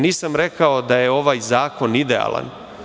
Nisam rekao da je ovaj zakon idealan.